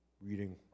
reading